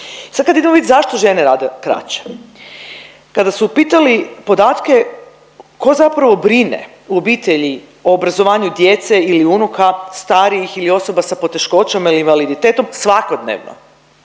Sad kad idemo vidjeti zašto žene rade kraće, kada su pitali podatke ko zapravo brine u obitelju o obrazovanju djece ili unuka, starijih ili osoba sa poteškoćama ili invaliditetom svakodnevno